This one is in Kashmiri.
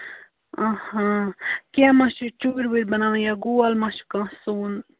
آ کینٛہہ ما چھِ چوٗرۍ وٗرۍ بَناوان یا گول ما چھُ کانٛہہ سُوُن